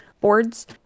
boards